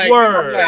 Word